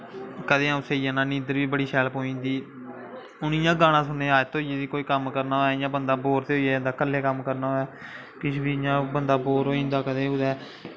कदें अ'ऊं सेई जन्ना नींदर बी बड़ी शैल पेई जंदी हून इ'यां गाना सुनने दी आदत होई गेद कोई कम्म करना होऐ इ'यां बंदा बोर ते होई गै जंदा कल्ले कम्म करना होऐ किश बी इ'यां बंदा बोर होई जंदा कदें कुदै